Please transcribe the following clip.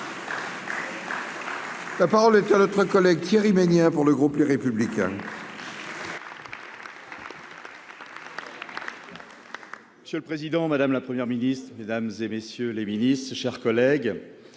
La parole est à notre collègue Thierry Magnin pour le groupe Les Républicains. Monsieur le Président Madame la première ministre des dames et messieurs les milices, cher collègue,